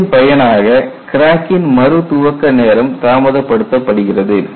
துளையின் பயனாக கிராக்கின் மறு துவக்க நேரம் தாமதப் படுத்த படுகிறது